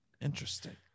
Interesting